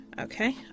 Okay